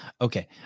Okay